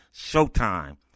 SHOWTIME